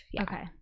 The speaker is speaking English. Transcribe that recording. Okay